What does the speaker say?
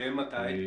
שהם מתי?